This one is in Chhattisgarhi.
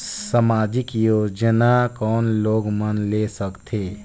समाजिक योजना कोन लोग मन ले सकथे?